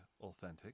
authentic